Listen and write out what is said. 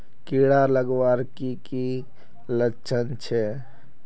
कीड़ा लगवार की की लक्षण छे?